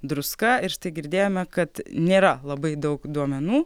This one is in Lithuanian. druska ir štai girdėjome kad nėra labai daug duomenų